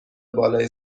بالای